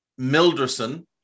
Milderson